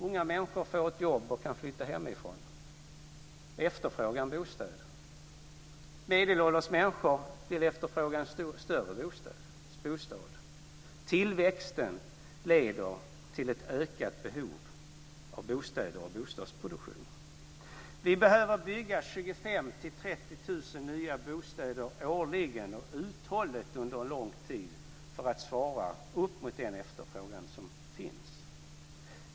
Unga människor får jobb och kan flytta hemifrån, och de efterfrågar bostäder. Medelålders människor vill efterfråga en större bostad. Tillväxten leder till ett ökat behov av bostäder och bostadsproduktion. Vi behöver bygga 25 000-30 000 nya bostäder årligen och uthålligt under en lång tid för att svara upp mot den efterfrågan som finns.